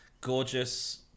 gorgeous